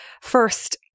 First